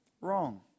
Wrong